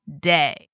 day